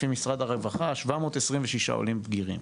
לפי משרד הרווחה, 726 עולים בגירים.